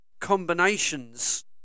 combinations